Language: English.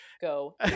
go